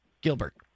Gilbert